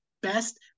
best